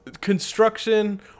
construction